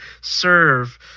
serve